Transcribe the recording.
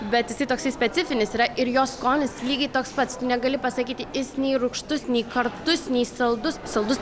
bet toksai specifinis yra ir jo skonis lygiai toks pats tu negali pasakyti jis nei rūgštus nei kartus nei saldus saldus